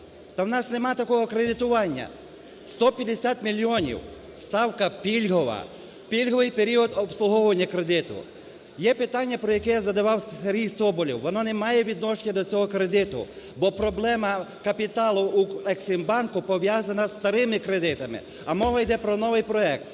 Та в нас нема такого кредитування. 150 мільйонів, ставка пільгова, пільговий період обслуговування кредиту. Є питання, про яке задавав Сергій Соболєв, воно немає відношення до цього кредиту. Бо проблема капіталу в "Ексімбанку" пов'язана зі старими кредитами, а мова йде про новий проект.